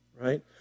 right